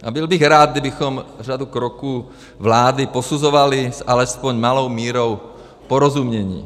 A byl bych rád, kdybychom řadu kroků vlády posuzovali s alespoň malou mírou porozumění.